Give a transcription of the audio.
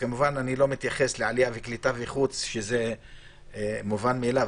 וכמובן שאני לא מתייחס לעלייה וקליטה וחוץ שזה מובן מאליו,